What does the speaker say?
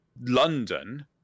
London